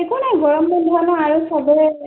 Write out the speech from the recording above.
একো নাই গৰম দিন নহয় আৰু চাবও